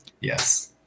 yes